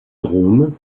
drôme